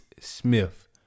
Smith